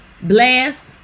Blast